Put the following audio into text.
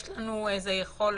יש לנו יכולת